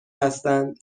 هستند